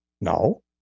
No